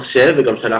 לרשותך